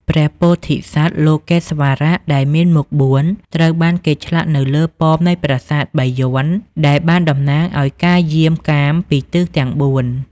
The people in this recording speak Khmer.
ព្រះពោធិសត្វលោកេស្វរៈដែលមានមុខបួនត្រូវបានគេឆ្លាក់នៅលើប៉មនៃប្រាសាទបាយ័នដែលបានតំណាងឲ្យការយាមកាមពីទិសទាំងបួន។